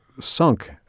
Sunk